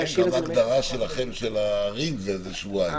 ההגדרה שלכם, של הערים, זה שבועיים.